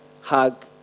hug